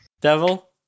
Devil